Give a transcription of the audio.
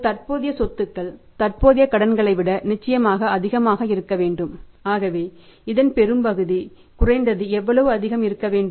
தற்போதைய சொத்துக்கள் தற்போதைய கடன்களை விட அதிகமாக இருக்க வேண்டும் தற்போதைய கடன்களை விட அதிகமாக இருக்க வேண்டும் ஆகவே இதன் பெரும்பகுதி குறைந்தது எவ்வளவு அதிகம் இருக்க வேண்டும்